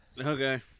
Okay